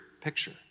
picture